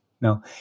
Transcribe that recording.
no